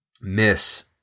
miss